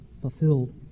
fulfilled